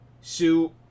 Sue